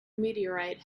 meteorite